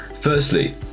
Firstly